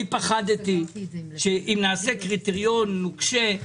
אני פחדתי שאם נעשה קריטריון נוקשה,